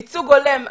ייצוג הולם,